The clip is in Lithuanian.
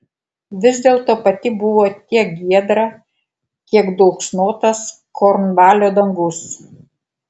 vis dėlto pati buvo tiek giedra kiek dulksnotas kornvalio dangus